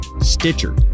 Stitcher